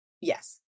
Yes